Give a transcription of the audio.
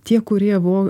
tie kurie buvo